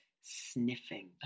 sniffing